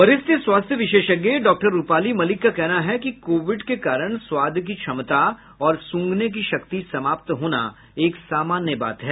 वरिष्ठ स्वास्थ्य विशेषज्ञ डॉक्टर रुपाली मलिक का कहना है कि कोविड के कारण स्वाद की क्षमता और सूंघने की शक्ति समाप्त होना एक सामान्य बात है